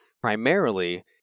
primarily